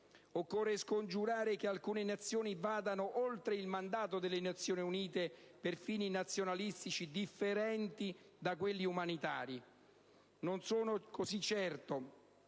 Occorre scongiurare il rischio che alcune Nazioni vadano oltre il mandato delle Nazioni Unite per fini nazionalistici differenti da quelli umanitari. Non sono così certo,